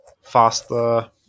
faster